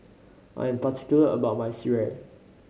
I'm particular about my sireh